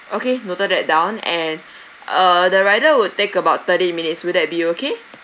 okay noted that down and uh the rider would take about thirty minutes would that be okay